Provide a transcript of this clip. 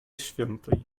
świętej